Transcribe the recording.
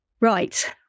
right